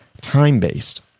time-based